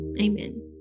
Amen